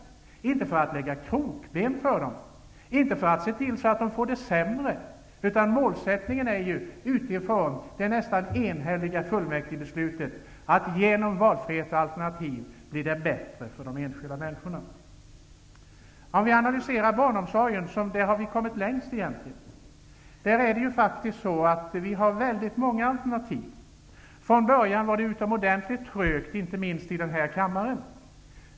Man gör det inte för att lägga krokben för dem och för att se till att de får det sämre, utan målsättningen är, utifrån det nästan enhälliga fullmäktigebeslutet, att genom valfrihet och alternativ skapa något som är bättre för de enskilda människorna. Om man analyserar barnomsorgen -- där vi egentligen har kommit längst -- finner man att vi har väldigt många alternativ. Från början gick det utomordenligt trögt, inte minst i denna kammare.